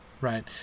right